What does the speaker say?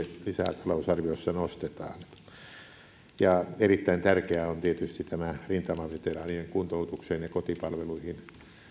lisätalousarviossa nostetaan erittäin tärkeää on tietysti tämä rintamaveteraanien kuntoutukseen ja kotipalveluihin